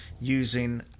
using